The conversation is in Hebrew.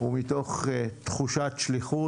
ומתוך תחושת שליחות.